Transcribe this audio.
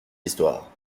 histoire